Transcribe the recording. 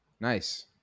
Nice